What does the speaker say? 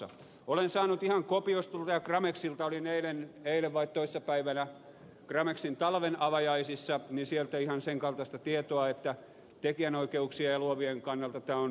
olen saanut ihan kopiostolta ja gramexilta olin eilen vai toissapäivänä gramexin talven avajaisissa sen kaltaista tietoa että tekijänoikeuksien ja luovien kannalta tämä on kaikin